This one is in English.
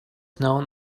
known